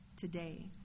today